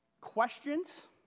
Questions